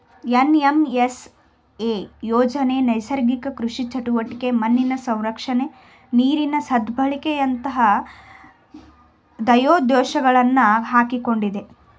NMSA ಯೋಜನೆ ನೈಸರ್ಗಿಕ ಕೃಷಿ ಚಟುವಟಿಕೆ, ಮಣ್ಣಿನ ಸಂರಕ್ಷಣೆ, ನೀರಿನ ಸದ್ಬಳಕೆಯಂತ ಧ್ಯೇಯೋದ್ದೇಶಗಳನ್ನು ಹಾಕಿಕೊಂಡಿದೆ